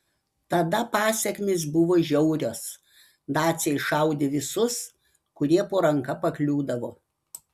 tada pasekmės buvo žiaurios naciai šaudė visus kurie po ranka pakliūdavo